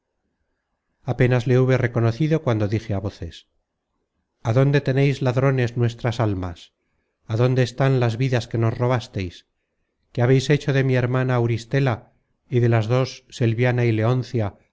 apenas le hube reconocido cuando dije á voces adónde teneis ladrones nuestras almas adónde están las vidas que nos robasteis qué habeis hecho de mi hermana auristela y de las dos selviana y